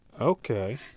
Okay